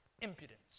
impudence